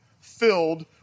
filled